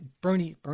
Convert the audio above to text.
Bernie